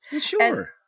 Sure